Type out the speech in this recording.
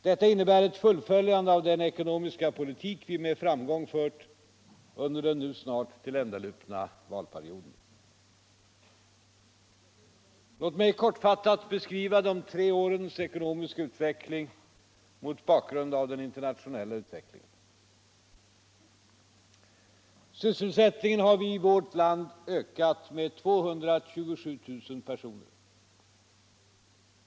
Detta innebär ett fullföljande av den ekonomiska politik vi med framgång fört under den nu snart tilländalupna valperioden. Låt mig kortfattat beskriva de tre årens ekonomiska utveckling mot bakgrund av den internationella utvecklingen. Sysselsättningen har i vårt land ökat med 227 000 personer.